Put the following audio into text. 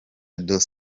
dos